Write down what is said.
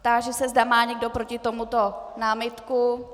Táži se, zda má někdo proti tomuto námitku.